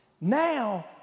Now